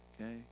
Okay